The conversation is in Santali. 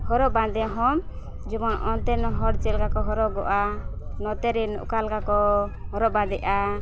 ᱦᱚᱨᱚᱜ ᱵᱟᱸᱫᱮ ᱦᱚᱸ ᱡᱮᱢᱚᱱ ᱚᱱᱛᱮᱱ ᱦᱚᱲ ᱪᱮᱫᱠᱟ ᱠᱚ ᱦᱚᱨᱚᱜᱚᱜᱼᱟ ᱱᱚᱛᱮ ᱨᱮᱱ ᱚᱠᱟ ᱞᱮᱠᱟ ᱠᱚ ᱦᱚᱨᱚᱜ ᱵᱟᱸᱫᱮᱜᱼᱟ